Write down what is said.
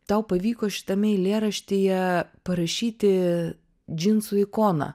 tau pavyko šitame eilėraštyje parašyti džinsų ikoną